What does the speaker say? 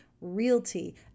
Realty